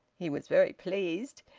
he was very pleased.